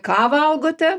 ką valgote